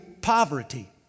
poverty